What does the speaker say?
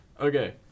Okay